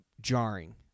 jarring